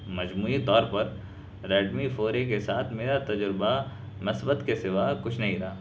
مجموعی طور پر ریڈمی فور اے کے ساتھ میرا تجربہ مثبت کے سوا کچھ نہیں تھا